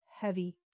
heavy